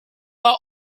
are